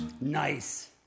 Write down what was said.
Nice